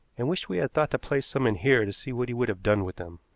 and wished we had thought to place some in here to see what he would have done with them.